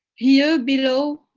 here below,